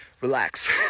relax